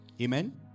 Amen